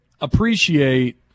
appreciate